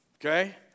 okay